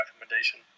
recommendation